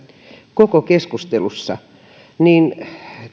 koko keskustelussa että